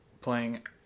playing